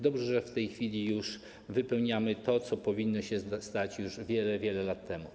Dobrze, że w tej chwili wypełniamy to, co powinno się stać już wiele, wiele lat temu.